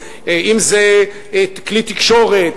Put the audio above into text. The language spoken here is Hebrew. אם זה כלי תקשורת,